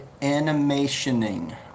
Animationing